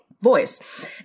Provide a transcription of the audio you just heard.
voice